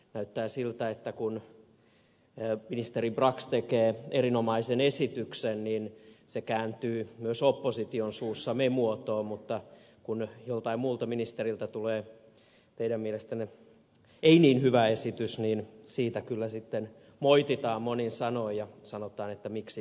näyttää siltä että kun ministeri brax tekee erinomaisen esityksen se kääntyy myös opposition suussa me muotoon mutta kun joltain muulta ministeriltä tulee teidän mielestänne ei niin hyvä esitys niin sitä kyllä sitten moititaan monin sanoin ja sanotaan että miksi te teette näin